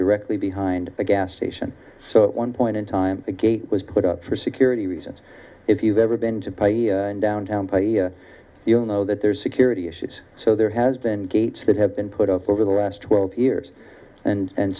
directly behind the gas station so one point in time the gate was put up for security reasons if you've ever been to pay downtown you'll know that there's security issues so there has been gates that have been put up over the last twelve years and